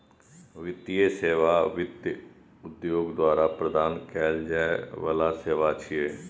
वित्तीय सेवा वित्त उद्योग द्वारा प्रदान कैल जाइ बला सेवा छियै